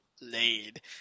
laid